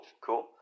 cool